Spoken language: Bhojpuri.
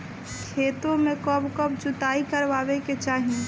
खेतो में कब कब जुताई करावे के चाहि?